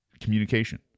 communication